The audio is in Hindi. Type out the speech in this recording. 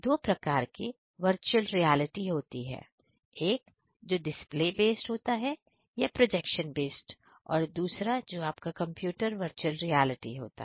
दो प्रकार के वर्चुअल रियालिटी होते हैं एक जो डिस्पले बेस्ड होता है या प्रोजेक्शन बेस्डऔर दूसरा जो आपका कंप्यूटर वर्चुअल रियलिटी होता है